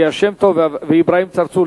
ליה שמטוב ואברהים צרצור,